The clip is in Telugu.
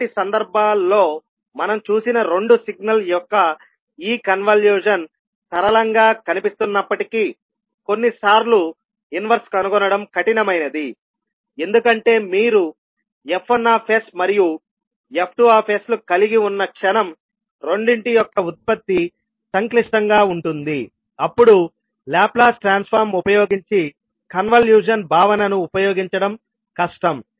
మునుపటి సందర్భాల్లో మనం చూసిన రెండు సిగ్నల్ యొక్క ఈ కన్వల్యూషన్ సరళంగా కనిపిస్తున్నప్పటికీ కొన్నిసార్లు ఇన్వర్స్ కనుగొనడం కఠినమైనది ఎందుకంటే మీరు F1 మరియు F2 లు కలిగి ఉన్న క్షణం రెండింటి యొక్క ఉత్పత్తి సంక్లిష్టంగా ఉంటుంది అప్పుడు లాప్లాస్ ట్రాన్స్ఫార్మ్ ఉపయోగించి కన్వల్యూషన్ భావనను ఉపయోగించడం కష్టం